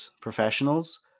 professionals